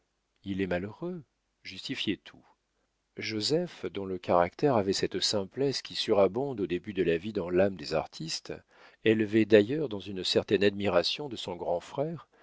il est malheureux justifiait tout joseph dont le caractère avait cette simplesse qui surabonde au début de la vie dans l'âme des artistes élevé d'ailleurs dans une certaine admiration de son grand frère